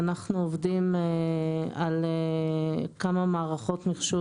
אנחנו עובדים על כמה מערכות מחשוב